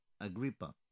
Agrippa